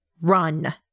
Run